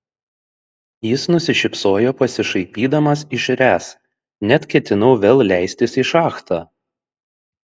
jis nusišypsojo pasišaipydamas iš ręs net ketinau vėl leistis į šachtą